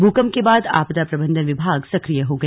भूकंप के बाद आपदा प्रबंधन विभाग सक्रिय हो गया